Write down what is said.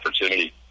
opportunity